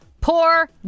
poor